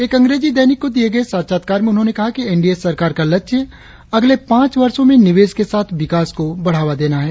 एक अंग्रेजी दैनिक को दिए साक्षात्कार में उन्होंने कहा कि एन डी ए सरकार का लक्ष्य अगले पांच वर्षों में निवेश के साथ विकास को बढ़ावा देना है